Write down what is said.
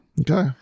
okay